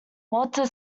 walter